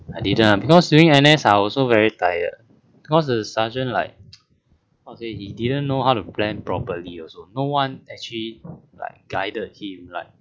I didn't because during N_S I also very tired because the sergeant like how to say he didn't know how to plan properly also no one actually like guided him like